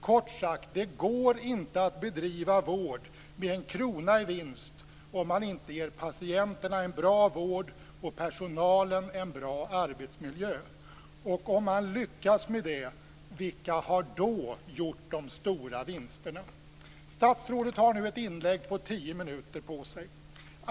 Kort sagt: Det går inte att bedriva vård med en krona i vinst om man inte ger patienterna en bra vård och personalen en bra arbetsmiljö; och om man lyckas med det, vilka har då gjort de stora vinsterna? Statsrådet har nu ett inlägg på tio minuter på sig.